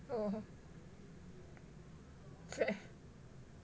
oh okay